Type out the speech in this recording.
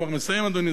זה משפט אחרון,